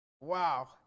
Wow